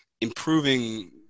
improving